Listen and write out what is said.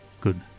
Good